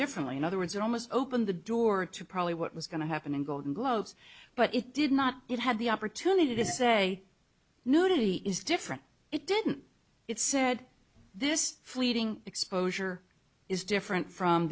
differently in other words it almost opened the door to probably what was going to happen in golden globes but it did not it had the opportunity to say nudity is different it didn't it said this fleeting exposure is different from